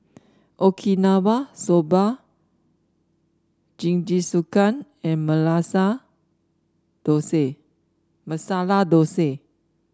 Okinawa Soba Jingisukan and Dosa Masala Dosa